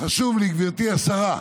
חשוב לי, גברתי השרה,